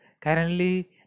currently